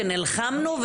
ונלחמנו,